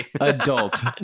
adult